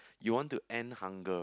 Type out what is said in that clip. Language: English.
you want to end hunger